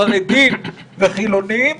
חרדים וחילונים,